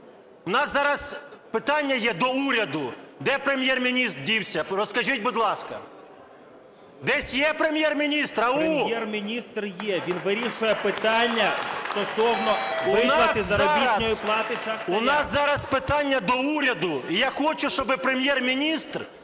У нас зараз питання є до уряду. Де Прем'єр-міністр дівся? Розкажіть, будь ласка. Десь є Прем'єр-міністр? ШУБІН В.М. Прем'єр-міністр є. Він вирішує питання стосовно виплати заробітної плати шахтарям. ГУЗЬ І.В. У нас зараз питання до уряду. І я хочу, щоби Прем'єр-міністр